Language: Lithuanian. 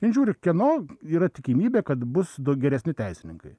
jin žiūri kieno yra tikimybė kad bus nu geresni teisininkai